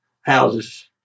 houses